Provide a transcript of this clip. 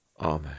Amen